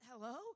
hello